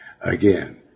again